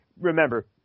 remember